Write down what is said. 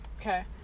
Okay